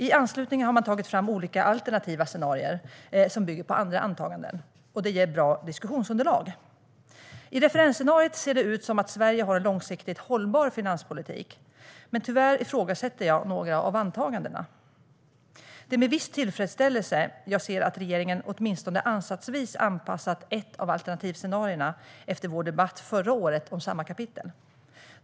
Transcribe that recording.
I anslutning till detta har man tagit fram olika alternativa scenarier som bygger på andra antaganden, och det ger ett bra diskussionsunderlag. I referensscenariot ser det ut som att Sverige har en långsiktigt hållbar finanspolitik, men tyvärr ifrågasätter jag några av antagandena. Det är med viss tillfredsställelse jag ser att regeringen åtminstone ansatsvis anpassat ett av alternativscenarierna efter vår debatt förra året om samma kapitel.